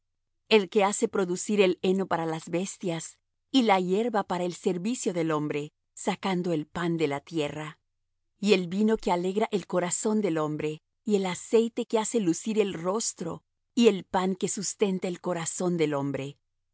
el que hace producir el heno para las bestias y la hierba para el servicio del hombre sacando el pan de la tierra y el vino que alegra el corazón del hombre y el aceite que hace lucir el rostro y el pan que sustenta el corazón del hombre